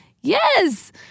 Yes